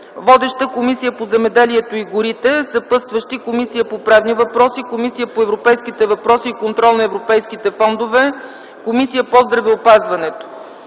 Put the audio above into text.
Водеща е Комисията по земеделието и горите, съпътстващи са Комисията по правни въпроси, Комисията по европейските въпроси и контрол на европейските фондове и Комисията по здравеопазването.